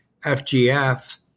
FGF